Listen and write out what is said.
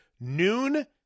Noon